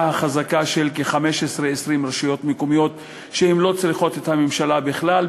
החזקה של 15 20 רשויות מקומיות שלא צריכות את הממשלה בכלל,